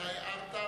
שאתה הערת,